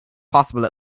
possible